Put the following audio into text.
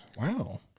Wow